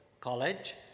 College